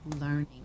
learning